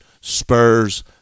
Spurs